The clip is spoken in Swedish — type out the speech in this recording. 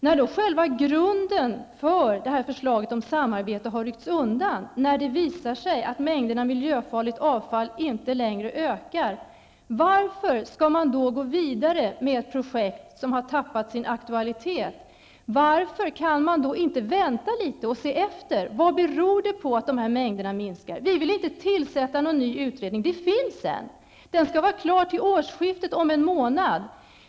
När själva grunden för förslaget om samarbete har ryckts undan, när det visar sig att mängderna miljöfarligt avfall inte längre ökar, varför skall man då gå vidare med ett projekt som har tappat sin aktualitet? Varför kan man då inte vänta litet och se efter vad det beror på att mängderna minskar? Vi i vänsterpartiet vill inte tillsätta en ny utredning. Det finns en redan. Den skall vara färdig till årsskiftet, om en månad.